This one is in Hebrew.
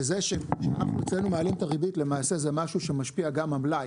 בזה שאנחנו אצלנו מעלים את הריבית למעשה זה משהו שמשפיע גם המלאי,